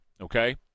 Okay